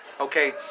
Okay